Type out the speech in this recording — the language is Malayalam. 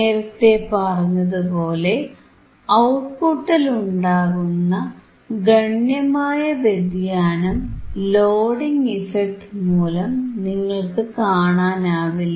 നേരത്തേ പറഞ്ഞതുപോലെ ഔട്ട്പുട്ടിലുണ്ടാകുന്ന ഗണ്യമായ വ്യതിയാനം ലോഡിംഗ് ഇഫക്ട് മൂലം നിങ്ങൾക്കു കാണാനാവില്ല